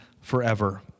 forever